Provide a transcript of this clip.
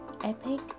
epic